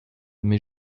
mais